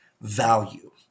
value